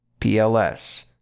PLS